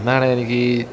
എന്നാണ് എനിക്ക്